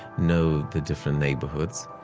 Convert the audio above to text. know the different neighborhoods,